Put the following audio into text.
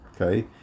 okay